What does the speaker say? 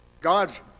god's